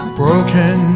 broken